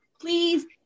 please